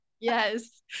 yes